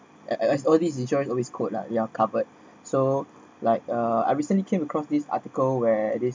and as all these insurance always code lah you are covered so like uh I recently came across this article where this